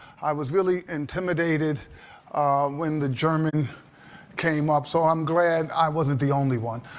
i was really intimidated when the german came up. so i'm glad i wasn't the only one.